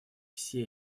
все